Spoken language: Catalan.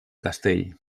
castell